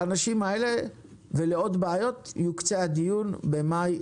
לאנשים האלה ולעוד בעיות יוקצה הדיון במאי,